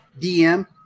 DM